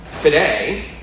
Today